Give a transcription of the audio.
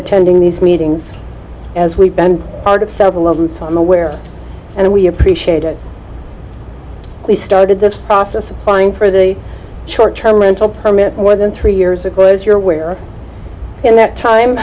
attending these meetings as we bend art of several of them so i'm aware and we appreciate it we started this process of applying for the short term rental permit more than three years of course your where in that time